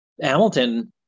Hamilton